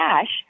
cash